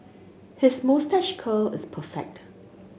his moustache curl is perfect